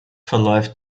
verläuft